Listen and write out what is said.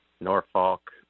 Norfolk